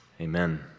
Amen